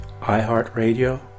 iHeartRadio